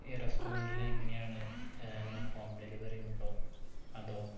ഈ റെസ്റ്റോറൻറ്റിൽ എങ്ങനെയാണ് ഹോം ഡെലിവറി ഉണ്ടോ അതോ